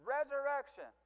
Resurrection